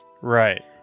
Right